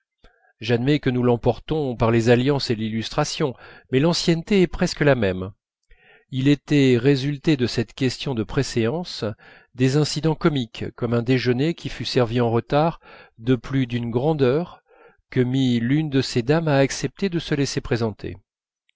j'admets que nous l'emportons par les alliances et l'illustration mais l'ancienneté est presque la même il était résulté de cette question de préséance des incidents comiques comme un déjeuner qui fut servi en retard de plus d'une grande heure que mit l'une de ces dames à accepter de se laisser présenter